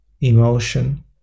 emotion